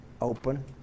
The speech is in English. Open